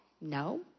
No